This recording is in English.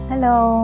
Hello